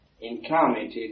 incarnated